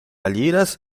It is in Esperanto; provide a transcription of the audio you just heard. aliras